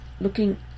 looking